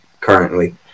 currently